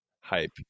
Hype